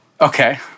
Okay